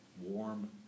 warm